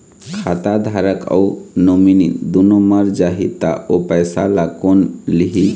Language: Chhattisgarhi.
खाता धारक अऊ नोमिनि दुनों मर जाही ता ओ पैसा ला कोन लिही?